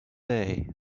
day